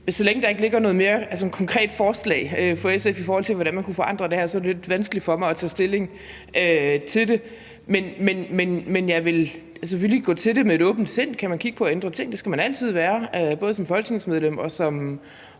så længe der ikke ligger et mere konkret forslag fra SF, i forhold til hvordan man kunne forandre det her, er det jo lidt vanskeligt for mig at tage stilling til det. Men jeg vil selvfølgelig gå til det med et åbent sind – kan man kigge på at ændre nogle ting? Det skal man altid være åben for, både som